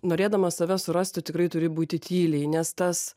norėdamas save surast tu tikrai turi būti tyliai nes tas